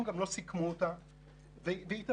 אני אומר